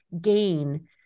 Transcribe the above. gain